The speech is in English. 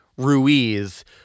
Ruiz